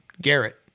Garrett